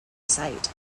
site